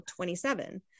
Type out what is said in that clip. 27